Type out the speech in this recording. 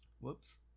whoops